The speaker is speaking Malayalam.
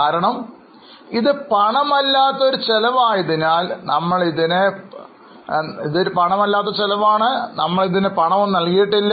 കാരണം ഇത് പണം അല്ലാത്ത ഒരു ചെലവ് ആയതിനാൽ നമ്മൾ ഇതിനെ പണം ഒന്നും നൽകിയിട്ടില്ല